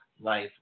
life